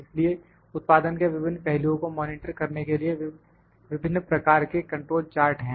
इसलिए उत्पादन के विभिन्न पहलुओं को मॉनिटर करने के लिए विभिन्न प्रकार के कंट्रोल चार्ट हैं